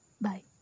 Bye